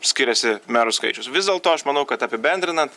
skiriasi merų skaičius vis dėlto aš manau kad apibendrinant